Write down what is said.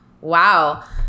wow